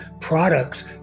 products